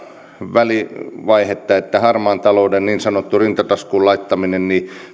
välivaihetta että harmaan talouden niin sanottu rintataskuun laittaminen